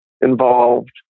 involved